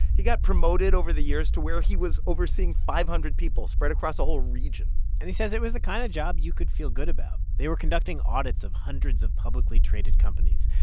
he got promoted over the years to where he was overseeing five hundred people spread across a whole region and he says it was the kind of job you could feel good about. they were conducting audits of hundreds of publicly traded companies,